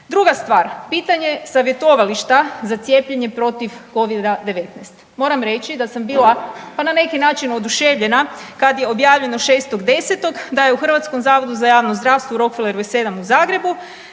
Druga stvar, pitanje savjetovališta za cijepljenje protiv Covida-19. Moram reći da sam bila, pa na neki način oduševljena kad je objavljeno 6.10. da je u HZJZ-u u Rockefellerovoj 7 u Zagrebu